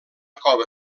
cova